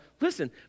listen